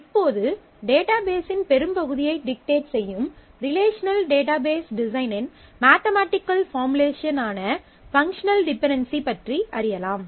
இப்போது டேட்டாபேஸ்சின் பெரும்பகுதியை டிக்டேட் செய்யும் ரிலேஷனல் டேட்டாபேஸ் டிசைனின் மாத்தமடிக்கல் பார்முலேஷனான பங்க்ஷனல் டிபென்டென்சி பற்றி அறியலாம்